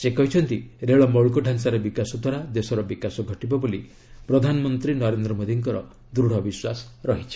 ସେ କହିଛନ୍ତି ରେଳ ମୌଳିକ ଢ଼ାଞାର ବିକାଶ ଦ୍ୱାରା ଦେଶର ବିକାଶ ଘଟିବ ବୋଲି ପ୍ରଧାନମନ୍ତ୍ରୀ ନରେନ୍ଦ୍ର ମୋଦିଙ୍କର ଦୂଢ଼ ବିଶ୍ୱାସ ରହିଛି